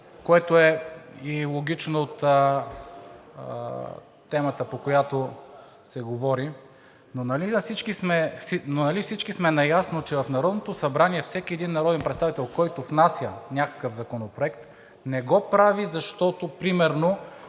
опит по темата, по която се говори. Нали всички сме наясно, че в Народното събрание всеки един народен представител, който внася някакъв законопроект, не го прави, защото сутринта